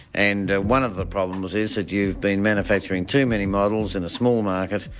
and one of the problems is that you've been manufacturing too many models in a small market,